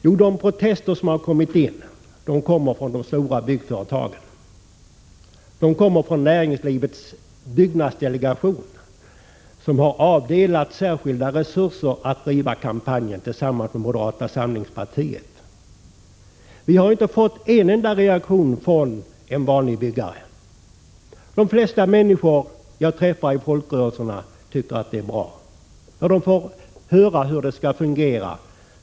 Jo, de protester som har kommit in härrör från de stora byggföretagen, från Näringslivets byggnadsdelegation, som har avdelat särskilda resurser för att bedriva denna kampanj tillsammans med moderata samlingspartiet. Vi har inte fått en enda reaktion från en vanlig byggare. De flesta människor som jag träffar i folkrörelserna tycker att förslaget är bra när de får höra hur lagen skall fungera.